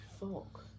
fuck